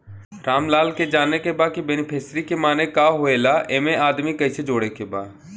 रामलाल के जाने के बा की बेनिफिसरी के माने का का होए ला एमे आदमी कैसे जोड़े के बा?